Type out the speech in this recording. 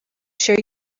sure